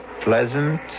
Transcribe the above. pleasant